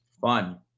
fun